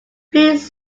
please